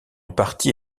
partie